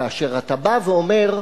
כאשר אתה בא ואומר: